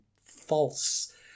false